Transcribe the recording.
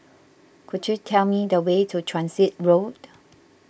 could you tell me the way to Transit Road